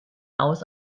aus